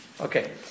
Okay